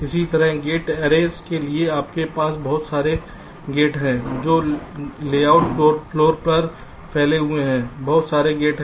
इसी तरह gate arrays के लिए आपके पास बहुत सारे गेट हैं जो लेआउट फ़्लोर पर फैले हुए हैं बहुत सारे गेट हैं